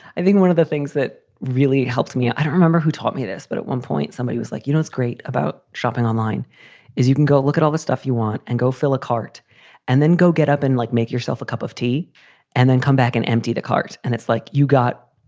i think one of the things that really helped me i don't remember who taught me this, but at one point somebody was like, you know, it's great about shopping online is you can go look at all the stuff you want and go fill a cart and then go get up and like, make yourself a cup of tea and then come back and empty the cart. and it's like you got